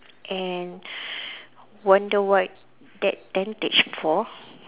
and wonder what that tentage for